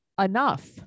enough